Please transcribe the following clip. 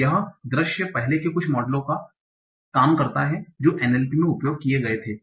तो यह दृश्य पहले के कुछ मॉडलों का काम करता है जो NLP में उपयोग किए गए थे